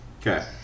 Okay